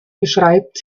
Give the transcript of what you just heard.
beschreibt